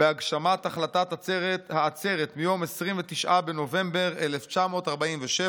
בהגשמת החלטת העצרת מיום 29 בנובמבר 1947,